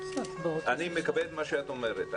אני מקבל את מה שאת אומרת.